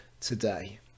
today